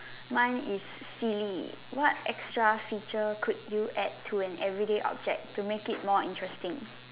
mine is silly what extra feature could you add to an everyday object to make it more interesting